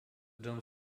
dome